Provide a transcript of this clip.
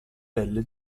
pelle